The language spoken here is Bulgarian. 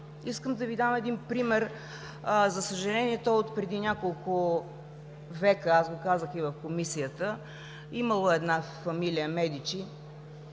Искам да Ви дам един пример. За съжаление, той е отпреди няколко века, аз го казах и в Комисията. Имало една фамилия Медичи.